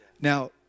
Now